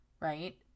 right